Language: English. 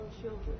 children